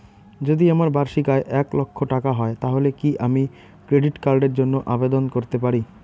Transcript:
যদি আমার বার্ষিক আয় এক লক্ষ টাকা হয় তাহলে কি আমি ক্রেডিট কার্ডের জন্য আবেদন করতে পারি?